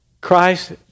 Christ